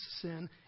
sin